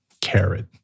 carrot